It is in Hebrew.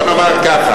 בוא נאמר ככה,